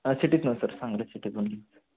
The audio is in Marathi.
हां शिटीतून सर सांगली सिटीत म्हणून